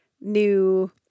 New